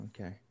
Okay